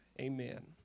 Amen